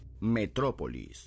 Metrópolis